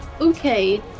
Okay